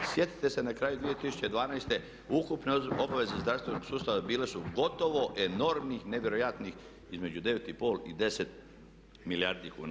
Sjetite se na kraju 2012. ukupne obaveze zdravstvenog sustava bile su gotovo enormnih, nevjerojatnih između 9,5 i 10 milijardi kuna.